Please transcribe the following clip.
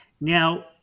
Now